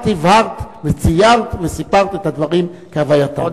את הבהרת וציירת וסיפרת את הדברים כהווייתם.